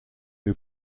who